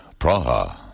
Praha